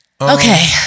Okay